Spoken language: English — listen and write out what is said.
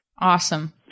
Awesome